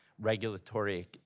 regulatory